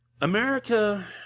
america